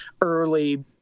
early